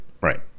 Right